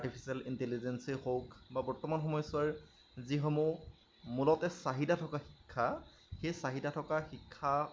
artificial ইনটেলিজেন্সেই হওক বা বৰ্তমান সময়ছোৱাৰ যিসমূহ মূলতে চাহিদা থকা শিক্ষা সেই চাহিদা থকা শিক্ষা